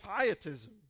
pietism